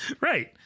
Right